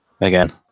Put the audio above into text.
again